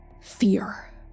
fear